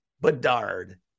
Bedard